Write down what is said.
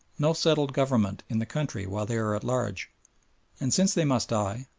no settled government in the country while they are at large and since they must die,